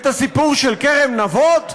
את הסיפור של כרם נבות?